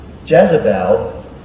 Jezebel